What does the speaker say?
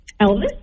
Elvis